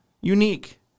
unique